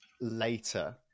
later